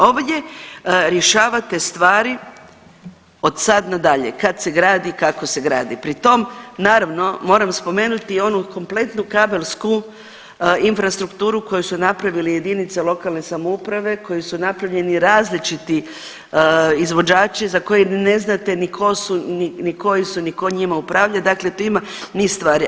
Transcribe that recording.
Ovdje rješavate stvari od sad na dalje, kad se gradi, kako se gradi, pri tom naravno moram spomenuti i onu kompletnu kabelsku infrastrukturu koju su napravili jedinice lokalne samouprave koji su napravljeni različiti izvođači za koje ne znate ni tko su ni koji su ni ko njima upravlja, dakle tu ima niz stvari.